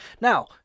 Now